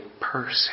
person